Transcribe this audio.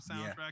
soundtrack